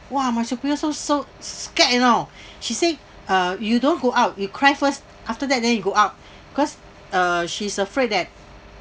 !wah! my superior so so scared you know she say uh you don't go out you cry first after that then you go out because uh she's afraid that